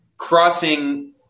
crossing